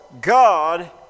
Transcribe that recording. God